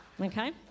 okay